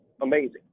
amazing